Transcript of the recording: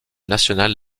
national